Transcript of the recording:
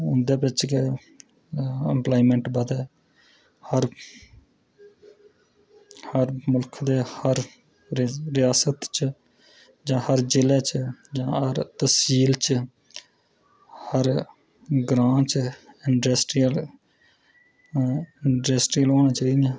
उंदे बिच गै इम्पलॉयमैंट बधै हर हर मुल्ख दे हर रियासत च जां हर जिले च हर तैह्सील च हर ग्रांऽ च इंडस्ट्रीयल च इंडस्ट्रियां होनियां चाही दियां